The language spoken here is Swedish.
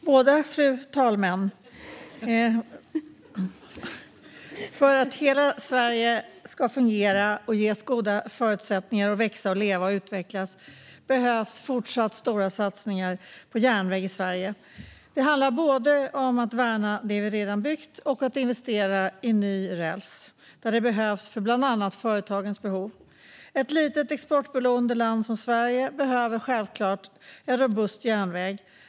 Fru talman! För att hela Sverige ska fungera och ges goda förutsättningar att växa, leva och utvecklas behövs fortsatt stora satsningar på järnväg i Sverige. Det handlar om både att värna det vi redan byggt och att investera i ny räls där det behövs för bland annat företagens skull. Ett litet, exportberoende land som Sverige behöver självklart en robust järnväg.